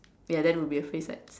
yea that would be a phrase right